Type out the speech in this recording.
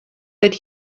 that